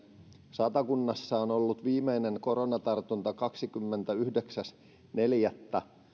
satakunnassa on ollut viimeinen koronatartunta kahdeskymmenesyhdeksäs neljättä